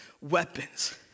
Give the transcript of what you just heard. weapons